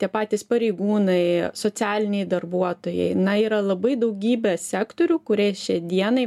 tie patys pareigūnai socialiniai darbuotojai na yra labai daugybė sektorių kurie šiai dienai